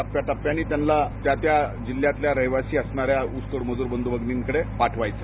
टप्प्याटप्प्याने त्यांना त्या त्या जिल्ह्यातील रहिवासी असणाऱ्या ऊसतोड मजूर बंधू भगिनींकडे पाठवायचं